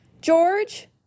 George